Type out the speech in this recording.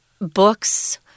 books